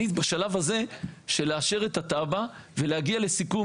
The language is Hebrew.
אני בשלב של לאשר את התב"ע ולהגיע לסיכום,